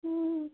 ꯎꯝ